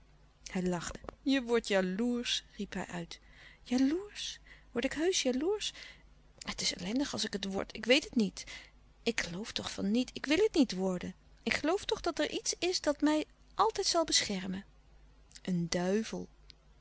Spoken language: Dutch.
hij lachte je wordt jaloersch riep hij uit jaloersch word ik heusch jaloersch het is ellendig als ik het word ik weet het niet ik geloof toch van niet ik wil het niet worden ik geloof toch dat er iets is dat mij altijd zal beschermen een duivel